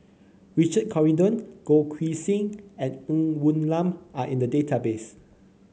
Richard Corridon Goh Keng Swee and Ng Woon Lam Are in the database